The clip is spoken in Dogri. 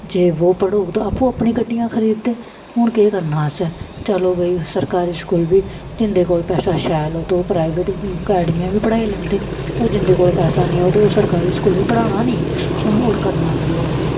जे वो पढ़ग ते आपूं अपनी गड्डियां खरीददे हून केह् करना अस चलो भाई सरकारी स्कूल बी जिं'दे कोल पैसा शैल होग ते ओह् प्राइवेट अकैडमियां बी पढ़ाई लैंदे ओह् जिं'दे कोल पैसा निं होग ते ओह् सरकारी स्कूल पढ़ाना निं हून होर करना केह् असें